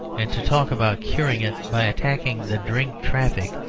and to talk about curing it by attacking the drink traffic,